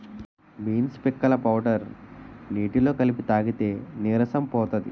beans పిక్కల powder నీటిలో కలిపి తాగితే నీరసం పోతది